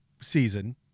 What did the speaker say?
season